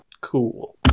Cool